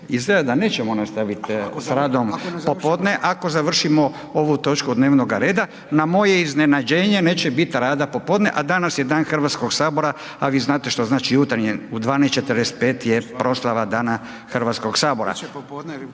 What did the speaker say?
izgleda da nećemo nastaviti s radom popodne ako završimo ovu točku dnevnog reda, na moje iznenađenje, neće biti rada popodne a danas je Dan Hrvatskog sabora a vi znate što znači jutarnje, u 12,45 je proslava Dana Hrvatskog sabora.